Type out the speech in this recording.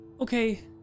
Okay